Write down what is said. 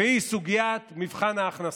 והיא סוגיית מבחן ההכנסה.